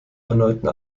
erneuten